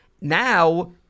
Now